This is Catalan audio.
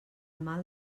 mal